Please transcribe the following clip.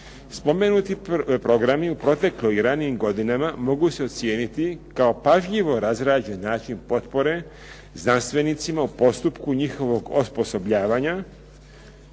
Spomenuti programi u proteklim i ranijim godinama mogu se ocijeniti kao pažljivo razrađen način potpore znanstvenicima u postupku njihovog osposobljavanja,